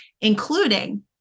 including